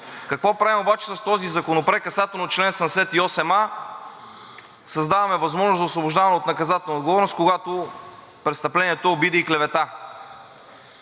Какво правим обаче с този законопроект касателно чл. 78а? Създаваме възможност за освобождаване от наказателна отговорност, когато престъплението е обида и клевета.